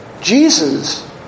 Jesus